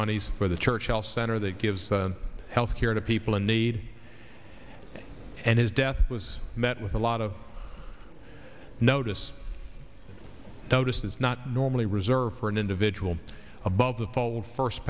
monies for the church bell center that gives them health care to people in need and his death was met with a lot of notice now this is not normally reserved for an individual above the fold first